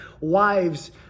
wives